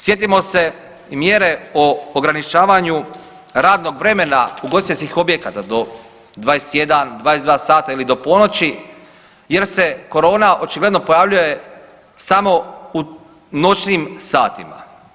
Sjetimo se i mjere o ograničavanju radnog vremena ugostiteljskih objekata do 21, 22 sata ili do ponoći jer se korona očigledno pojavljuje samo u noćnim satima.